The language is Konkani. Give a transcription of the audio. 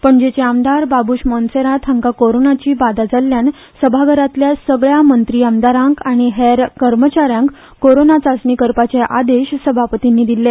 पणजेचे आमदार बाबुश मोन्सेरात हांका कोरोनाची बादा जाल्ल्यान सभाघरातल्या सगल्या मंत्री आमदारांक आनी हेर कार्मचाऱ्यांक कोरोना चाचणी करपाचे आदेश सभापतीन दिल्ले